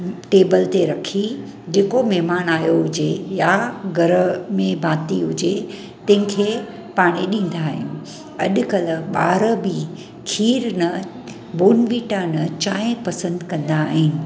table ते रखी जेको महिमानु आहियो हुजे या घर में भाती हुजे तंहिंखे पाणी ॾींदा आहियूं अॼुकल्ह ॿार बि खीरु न बोनविटा न चांहि पसंद कंदा आहिनि